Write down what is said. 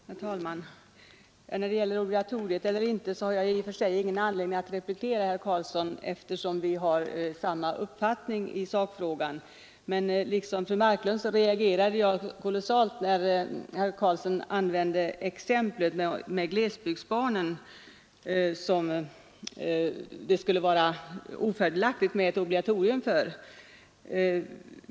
Herr talman! När det gäller obligatorium eller inte har jag i och för sig ingen anledning att replikera herr Karlsson i Huskvarna, eftersom vi har samma uppfattning i sakfrågan. Men liksom fru Marklund reagerade jag kolossalt när herr Karlsson använde exemplet med glesbygdsbarnen, för vilka det skulle vara ofördelaktigt med ett obligatorium.